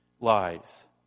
lies